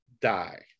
die